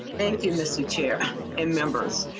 thank you mister chair and members.